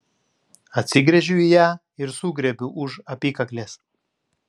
atsigręžiu į ją ir sugriebiu už apykaklės